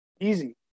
easy